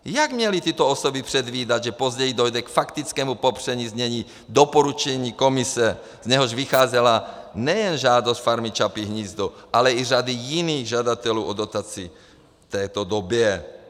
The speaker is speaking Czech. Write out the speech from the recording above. Jak měly tyto osoby předvídat, že později dojde k faktickému popření znění doporučení Komise, z něhož vycházela nejen žádost Farmy Čapí hnízdo, ale i řady jiných žadatelů o dotaci v tehdejší době?